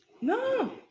No